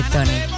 Tony